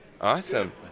awesome